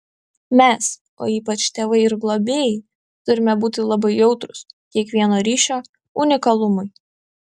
mes o ypač tėvai ir globėjai turime būti labai jautrūs kiekvieno ryšio unikalumui